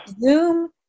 Zoom